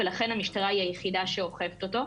ולכן המשטרה היא היחידה שאוכפת אותו.